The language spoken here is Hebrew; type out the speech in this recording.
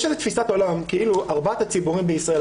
יש איזו תפיסת עולם כאילו ארבעת הציבורים בישראל,